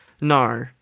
No